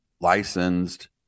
licensed